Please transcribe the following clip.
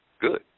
good